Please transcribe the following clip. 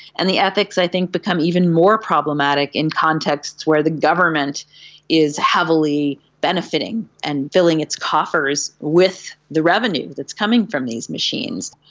and the ethics i think become even more problematic in contexts where the government is heavily benefiting and filling its coffers was with the revenue that is coming from these machines.